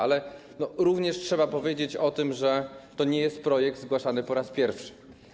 Ale również trzeba powiedzieć o tym, że to nie jest projekt zgłaszany po raz pierwszy.